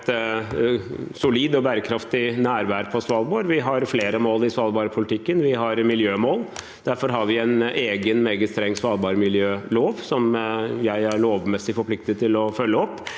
et solid og bærekraftig nærvær på Svalbard. Vi har flere mål i svalbardpolitikken. Vi har bl.a. miljømål. Derfor har vi en egen, meget streng svalbardmiljølov, som jeg er lovmessig forpliktet til å følge opp,